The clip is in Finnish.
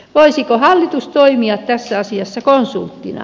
voisiko hallitus toimia tässä asiassa konsulttina